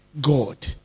God